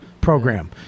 program